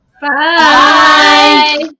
Bye